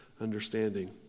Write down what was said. understanding